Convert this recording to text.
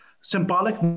symbolic